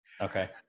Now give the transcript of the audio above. Okay